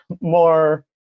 more